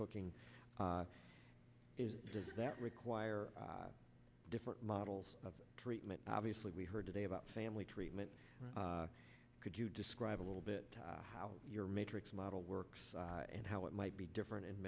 cooking is that require different models of treatment obviously we heard today about family treatment could you describe a little bit how your matrix model works and how it might be different in